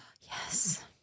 Yes